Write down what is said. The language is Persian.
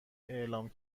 اعلام